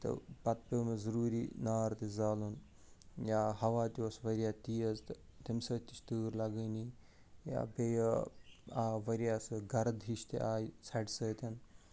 تہٕ پتہٕ پیوٚو مےٚ ضٔروٗری نار تہِ زالُن یا ہوا تہِ اوس وارِیاہ تیز تہٕ تَمہِ سۭتۍ تہِ چھِ تۭر لگٲنی یا بیٚیہِ آو وارِیاہ اصٕل گرٕد ہِش تہِ آے ژھٹہِ سۭتۍ